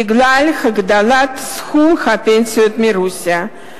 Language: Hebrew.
בגלל הגדלת סכום הפנסיות מרוסיה.